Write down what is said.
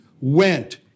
went